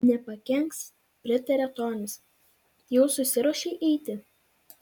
nepakenks pritarė tonis jau susiruošei eiti